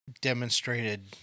demonstrated